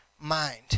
mind